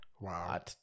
Wow